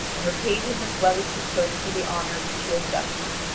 and repaid him as well as she could for the honour which he had done her.